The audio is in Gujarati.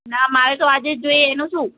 ના મારે તો આજે જ જોઈએ એનું શું